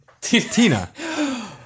Tina